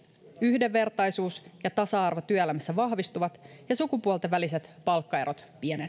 yhdenvertaisuus ja tasa arvo työelämässä vahvistuvat ja sukupuolten väliset palkkaerot pienenevät